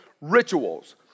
rituals